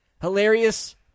Hilarious